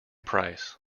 price